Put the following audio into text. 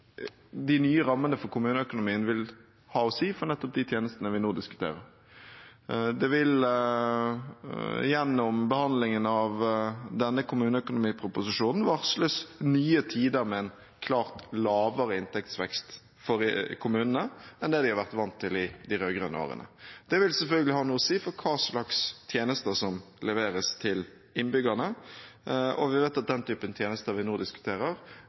de nye rammene for kommuneøkonomien vil ha å si for de tjenestene vi nå diskuterer. Det vil – gjennom behandlingen av denne kommuneøkonomiproposisjonen – varsles nye tider med en klart lavere inntektsvekst for kommunene enn det de har vært vant til i de rød-grønne årene. Det vil selvfølgelig ha noe å si for hva slags tjenester som leveres til innbyggerne, og vi vet at den typen tjenester vi nå diskuterer,